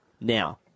Now